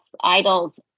idols